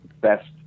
best